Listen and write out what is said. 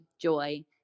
joy